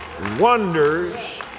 wonders